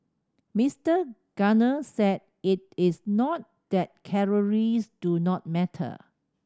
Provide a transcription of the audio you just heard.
Mister Gardner said it is not that calories do not matter